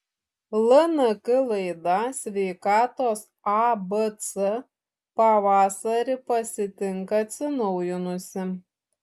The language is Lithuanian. lnk laida sveikatos abc pavasarį pasitinka atsinaujinusi